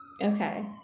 Okay